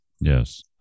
Yes